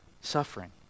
suffering